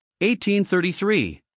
1833